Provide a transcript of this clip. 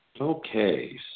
Okay